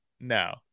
No